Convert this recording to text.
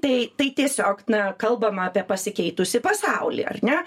tai tai tiesiog na kalbam apie pasikeitusį pasaulį ar ne